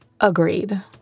Agreed